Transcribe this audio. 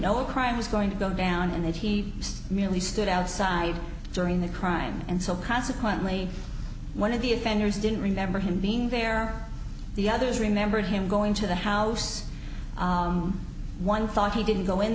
know a crime was going to go down and he merely stood outside during the crime and so consequently one of the offenders didn't remember him being there are the others remember him going to the house one thought he didn't go in